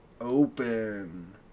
open